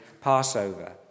Passover